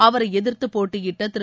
அவரைஎதிர்த்துபோட்டியிட்டதிரு